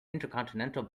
intercontinental